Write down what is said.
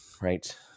right